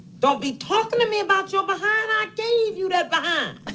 don't be talking to me about your behind. i gave you that behind